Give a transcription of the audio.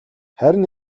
харин